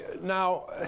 Now